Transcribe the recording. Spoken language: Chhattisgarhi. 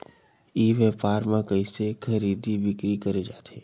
ई व्यापार म कइसे खरीदी बिक्री करे जाथे?